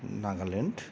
Nagaland